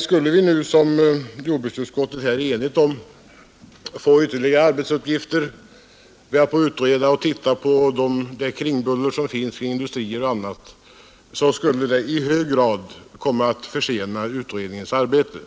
Skulle vi nu, som jordbruksutskottet är enigt om, få ytterligare arbetsuppgifter, nämligen att utreda även det buller som förekommer bl.a. vid industrier, så skulle det i hög grad komma att försena utredningens arbete.